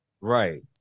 Right